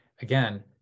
again